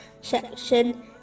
section